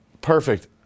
Perfect